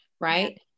right